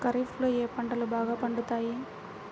ఖరీఫ్లో ఏ పంటలు బాగా పండుతాయి?